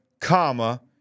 comma